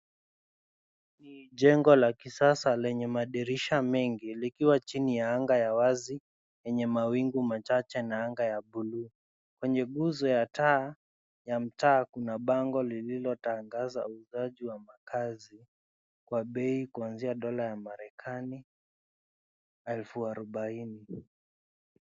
Jengo la kisasa lenye madirisha mengi likiwa chini ya anga ya wazi yenye mawingu machache na anga ya bluu. Kwenye nguzo ya taa ya mtaa kuna bango lililotangaza uuzaji wa makazi wa bei kuanzia dola ya marekani elfu arubaini.